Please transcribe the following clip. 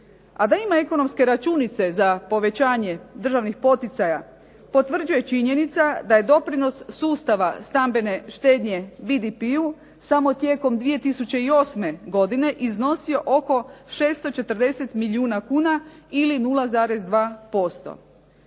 A da ima ekonomske računice za povećanje državnih poticaja potvrđuje činjenica da je doprinos sustava stambene štednje BDP-u samo tijekom 2008. godine iznosio oko 640 milijuna kuna ili 0,2%.